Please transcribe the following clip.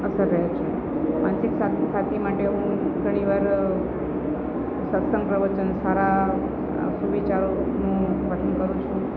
અસર રહે છે માનસિક શાંતિ માટે હું ઘણી વાર સત્સંગ પ્રવચન સારા સુવિચારોનું પઠન કરું છું